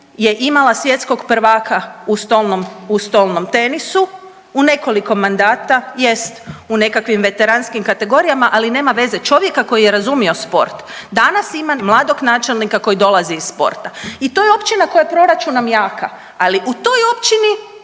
je imala svjetskog prvaka u stolnom tenisu u nekoliko mandata, jest u nekakvim veteranskim kategorijama, ali nema veze. Čovjeka koji je razumio sport. Danas imam mladog načelnika koji dolazi iz sporta i to je općina koja je proračunom jaka, ali u toj općini